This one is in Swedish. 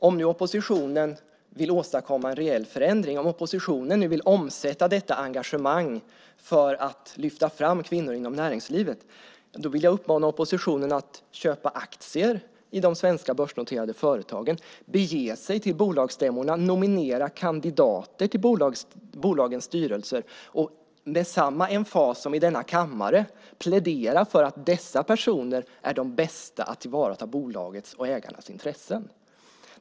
Om oppositionen vill åstadkomma en reell förändring, om oppositionen vill omsätta detta engagemang för att lyfta fram kvinnor inom näringslivet, vill jag uppmana oppositionen att köpa aktier i de svenska börsnoterade företagen, bege sig till bolagsstämmorna, nominera kandidater till bolagens styrelser och med samma emfas som i denna kammare plädera för att dessa personer är de bästa att tillvarata bolagens och ägarnas intressen.